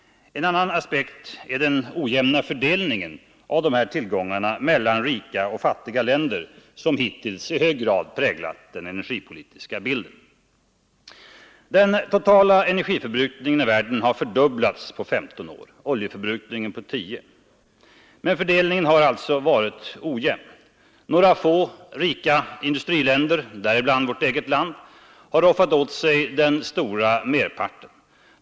En annan aspekt är den ojämna fördelningen av dessa tillgångar mellan rika och fattiga länder som hittills i hög grad har präglat den energipolitiska bilden. Den totala energiförbrukningen i världen har fördubblats på 15 år, oljeförbrukningen på 10. Men fördelningen har alltså varit ojämn. Några få rika industriländer, däribland vårt eget land, har roffat åt sig den stora merparten.